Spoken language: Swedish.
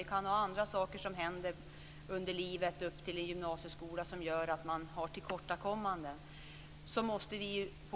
Det kan vara andra saker som händer i livet fram till gymnasieskolan som gör att elever har tillkortakommanden.